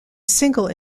single